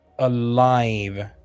alive